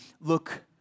look